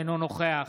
אינו נוכח